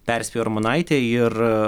perspėjo armonaitė ir